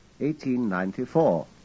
1894